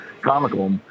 comical